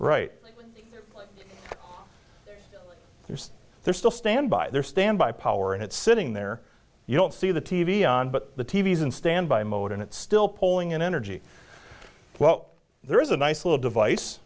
right there's they're still stand by their standby power and it's sitting there you don't see the t v on but the t v s in standby mode and it's still pulling in energy well there is a nice little device